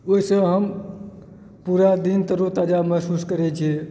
ओहिसँ हम पूरा दिन तरो ताजा महसूस करए छी